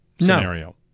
scenario